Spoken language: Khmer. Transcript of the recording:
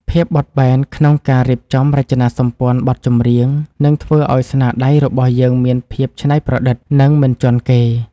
ភាពបត់បែនក្នុងការរៀបចំរចនាសម្ព័ន្ធបទចម្រៀងនឹងធ្វើឱ្យស្នាដៃរបស់យើងមានភាពច្នៃប្រឌិត និង មិនជាន់គេ។